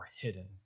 hidden